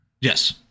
Yes